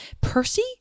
Percy